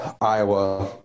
iowa